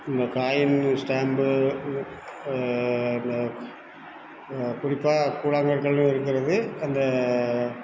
இந்த coin stamp ம் குறிப்பாக கூழாங்கற்களும் இருக்கிறது அந்த